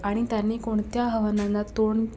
आणि त्यांनी कोणत्या आव्हानांना तोंड